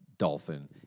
dolphin